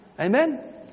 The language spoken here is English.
Amen